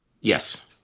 yes